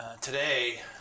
today